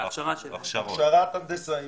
הכשרת הנדסאים,